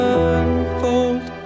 unfold